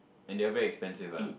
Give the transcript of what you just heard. and they're very expensive ah